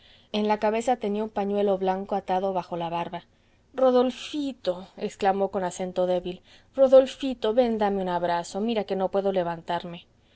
en la cabeza tenía un pañuelo blanco atado bajo la barba rodolfito exclamó con acento débil rodolfito ven dame un abrazo mira que no puedo levantarme